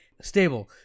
Stable